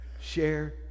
share